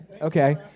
Okay